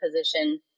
position